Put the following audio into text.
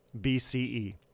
BCE